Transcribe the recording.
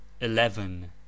Eleven